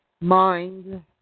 Mind